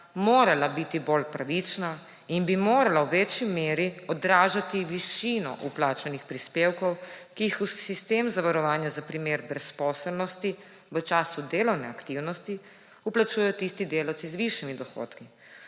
morala biti bolj pravična in bi morala v večji meri odražati višino vplačanih prispevkov, ki jih v sistem zavarovanja za prime brezposelnosti v času delovne aktivnosti vplačujejo tisti delavci z višjimi dohodki.